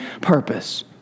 purpose